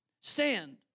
stand